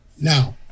Now